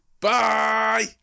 Bye